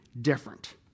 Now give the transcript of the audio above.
different